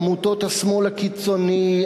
עמותות השמאל הקיצוני,